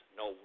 no